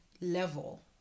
level